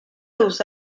usa